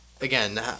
again